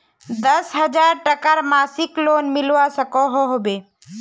दस हजार टकार मासिक लोन मिलवा सकोहो होबे?